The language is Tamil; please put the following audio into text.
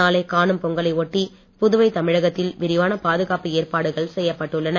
நாளை காணும் பொங்கலை ஒட்டி புதுவை தமிழகத்தில் விரிவான பாதுகாப்பு ஏற்பாடுகள் செய்யப்பட்டுள்ளன